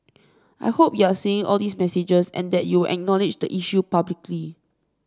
I hope you're seeing all these messages and that you will acknowledge the issue publicly